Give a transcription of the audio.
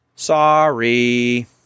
Sorry